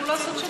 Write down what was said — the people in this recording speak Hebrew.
זה לא סביר.